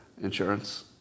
insurance